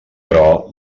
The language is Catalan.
però